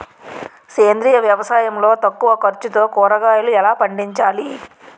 సేంద్రీయ వ్యవసాయం లో తక్కువ ఖర్చుతో కూరగాయలు ఎలా పండించాలి?